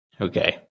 Okay